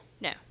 No